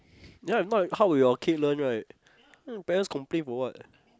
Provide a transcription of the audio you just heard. ya if not how would your kid learn right then your parents complain for what